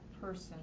person